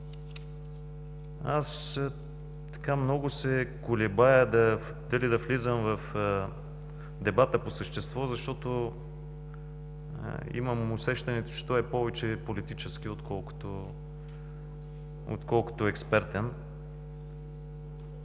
участия. Много се колебая дали да навлизам в дебата по същество, защото имам усещането, че той е повече политически, отколкото експертен.